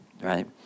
Right